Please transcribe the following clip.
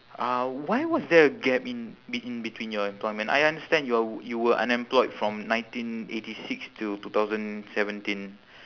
uh why was there a gap in b~ in between your employment I understand y~ you were unemployed from nineteen eighty six to two thousand seventeen